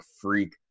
freak